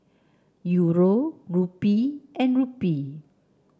Euro Rupee and Rupee